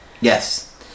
Yes